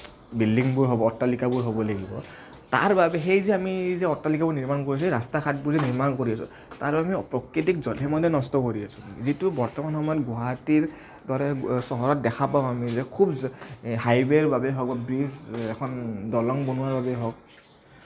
বিল্ডিংবোৰ হ'ব অট্টালিকাবোৰ হ'ব লাগিব তাৰবাবে সেই যে আমি সেই যে অট্টালিকাবোৰ নিৰ্মাণ কৰিছে ৰাস্তা ঘাটবোৰ যে নিৰ্মাণ কৰিছোঁ তাৰ বাবে প্ৰকৃতিক জধে মধে নষ্ট কৰি আছোঁ যিটো বৰ্তমান সময়ত গুৱাহাটীৰ দৰে চহৰত দেখা পাওঁ আমি যে খুব হাইৱেৰ বাবে হওক ব্ৰিজ এখন দলং বনোৱাৰ বাবেই হওক